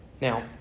Now